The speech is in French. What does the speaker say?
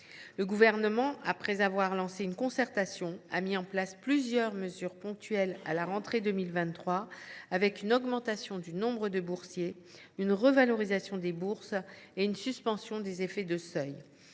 Le Gouvernement, après avoir lancé une concertation, a mis en place plusieurs mesures ponctuelles à la rentrée de 2023 : augmentation du nombre de boursiers, revalorisation des bourses et suspension des effets de seuils.